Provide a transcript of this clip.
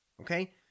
okay